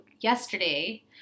yesterday